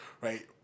right